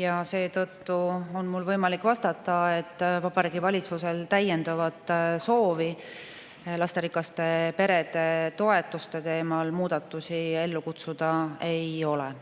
ja seetõttu on mul võimalik vastata, et Vabariigi Valitsusel täiendavat soovi lasterikaste perede toetuste teemal muudatusi ellu kutsuda ei ole.